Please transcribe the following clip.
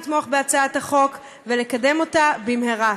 לתמוך בהצעת החוק ולקדם אותה במהרה.